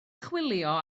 chwilio